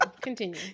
continue